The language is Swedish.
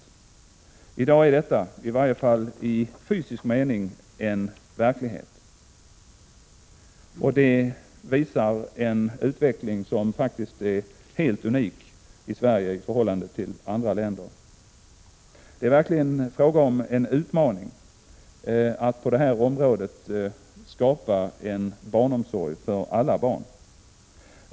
I dag är detta i varje fall i fysisk mening en verklighet. Det visar en utveckling i Sverige som faktiskt är helt unik i förhållande till andra länder. Det är verkligen fråga om en utmaning att på det här området skapa en barnomsorg för alla barn.